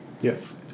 Yes